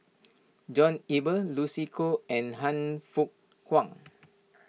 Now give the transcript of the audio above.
John Eber Lucy Koh and Han Fook Kwang